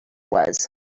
was